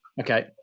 okay